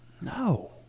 No